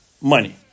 money